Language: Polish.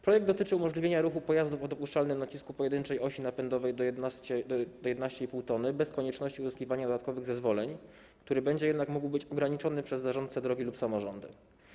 Projekt dotyczy umożliwienia ruchu pojazdów o dopuszczalnym nacisku pojedynczej osi napędowej do 11,5 t bez konieczności uzyskiwania dodatkowych zezwoleń, który będzie jednak mógł być ograniczony przez zarządcę drogi lub samorządy.